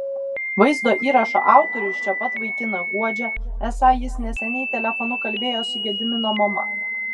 vaizdo įrašo autorius čia pat vaikiną guodžia esą jis neseniai telefonu kalbėjo su gedimino mama